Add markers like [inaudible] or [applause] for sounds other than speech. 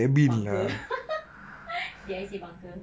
bunker [laughs] did I say bunker